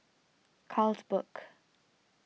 Carlsberg